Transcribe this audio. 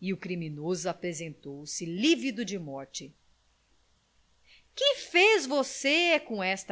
e o criminoso apresentou-se lívido de morte que fez você com esta